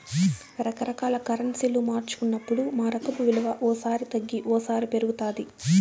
రకరకాల కరెన్సీలు మార్చుకున్నప్పుడు మారకపు విలువ ఓ సారి తగ్గి ఓసారి పెరుగుతాది